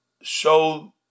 show